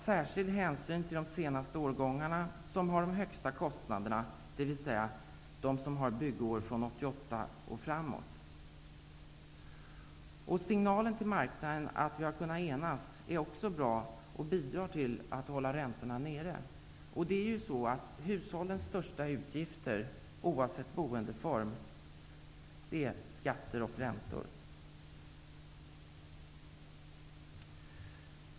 Särskild hänsyn tas till bostäder av de senaste årgångarna, dvs. de med byggår 1988 och framåt, som har de högsta kostnaderna. Signalen till marknaden om att vi kunnat enas är också bra och bidrar till att hålla räntorna nere. Hushållens största utgifter, oavsett boendeform, är ju skatter och räntor.